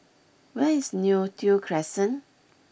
where is Neo Tiew Crescent